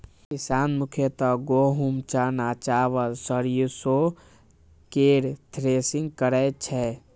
किसान मुख्यतः गहूम, चना, चावल, सरिसो केर थ्रेसिंग करै छै